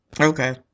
Okay